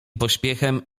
pośpiechem